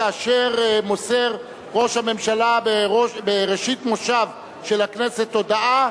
כאשר מוסר ראש הממשלה בראשית מושב של הכנסת הודעה,